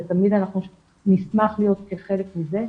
ותמיד נשמח להיות חלק מזה,